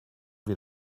wie